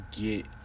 get